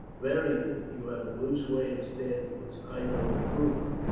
very thin. you have a loose way of standing, which i don't approve of.